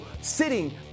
sitting